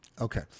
Okay